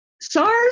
SARS